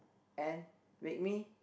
and make me